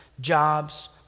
jobs